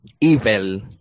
evil